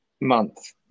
month